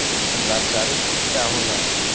लाभकारी कीट का होला?